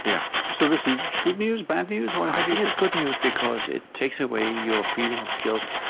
yeah so this is good news, bad news? i think it's good news because it takes away your feeling of guilt.